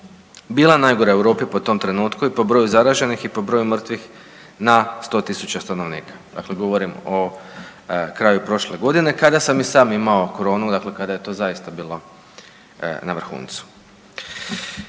bila najgora u Europi po tom trenutku i po broju zaraženih i po broju mrtvih na 100.000 stanovnika, dakle govorim o kraju prošle godine kada sam i sam imao koronu, dakle kada je to zaista bilo na vrhuncu.